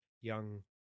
young